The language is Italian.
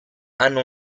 hanno